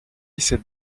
cette